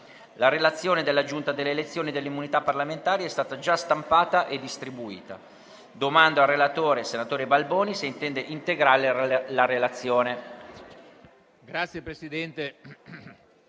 La relazione della Giunta delle elezioni e delle immunità parlamentari è stata già stampata e distribuita. Domando al relatore, senatore Maffoni se intende integrare la relazione.